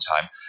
time